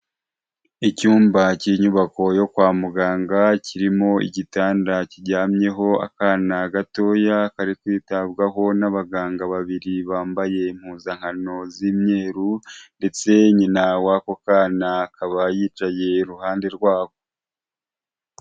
Icyumba k'inyubako yo kwa muganga kirimo igitanda kiryamyeho akana gatoya kari kwitabwaho n'abaganga babiri bambaye impuzankano z'imyeru ndetse nyina wa ako kana akaba yicaye iruhande rwaho.